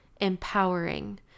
empowering